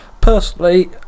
personally